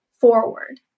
forward